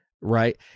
Right